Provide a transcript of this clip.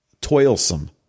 toilsome